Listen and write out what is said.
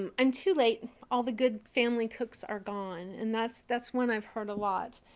um i'm too late. all the good family cooks are gone. and that's that's one i've heard a lot.